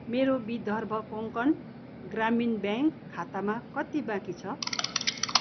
मेरो विदर्भ कोंकण ग्रामीण ब्याङ्क खातामा कति बाँकी छ